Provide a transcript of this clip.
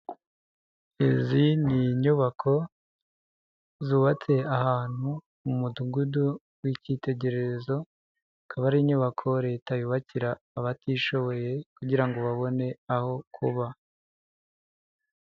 Izi ni inyubako zubatse ahantu mu mudugudu w'icyitegererezo, zikaba ari inyubako Leta yubakira abatishoboye kugira ngo babone aho kuba.